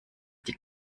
die